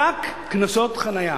רק קנסות חנייה.